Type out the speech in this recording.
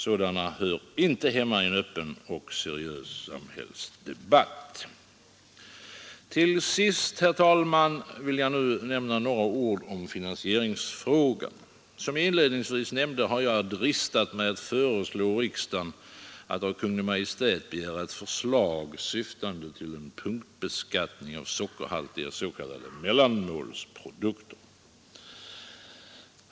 Sådana hör inte hemma i en öppen och seriös samhällsdebatt. Till sist, herr talman, några ord om finansieringsfrågan. Som jag inledningsvis nämnde har jag dristat mig att föreslå riksdagen att av Kungl. Maj:t begära ett förslag syftande till en punktbeskattning av sockerhaltiga s.k. mellanmålsprodukter.